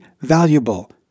valuable